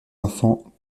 enfants